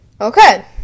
Okay